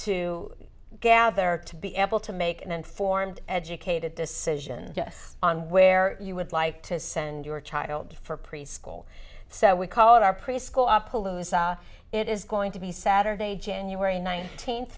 to gather to be able to make an informed educated decision yes on where you would like to send your child for preschool so we called our preschool up palooza it is going to be saturday january nineteenth